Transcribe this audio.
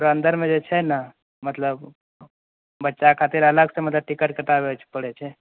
अन्दरमे जे छै ने मतलब बच्चा खातिर अलग सऽ मतलब टिकट कटाबए पड़ै छै